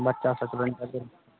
बच्चा सबके रेंजरे